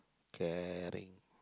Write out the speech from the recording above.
caring